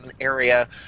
area